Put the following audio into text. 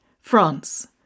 France